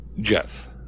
Jeff